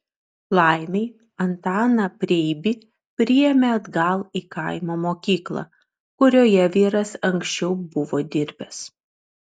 laimei antaną preibį priėmė atgal į kaimo mokyklą kurioje vyras anksčiau buvo dirbęs